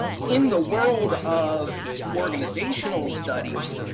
in the world of organizational studies,